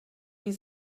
wie